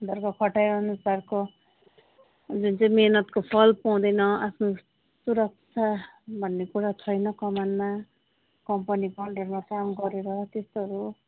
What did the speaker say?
घरको खटाइअनुसारको जुन चाहिँ मेहनतको फल पाउँदैन आफ्नो सुरक्षा भन्ने कुरा छैन कमानमा कम्पनीको अन्डरमा काम गरेर त्यस्तोहरू